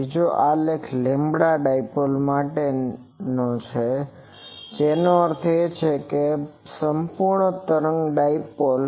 બીજો આલેખ lambda dipole માટેનો છે જેનો અર્થ છે સંપૂર્ણ તરંગ ડાઈપોલ